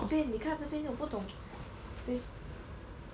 这边你看这边我不懂这边